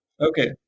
Okay